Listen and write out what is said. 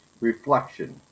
reflection